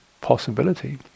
possibility